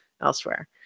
elsewhere